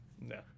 No